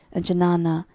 and chenaanah,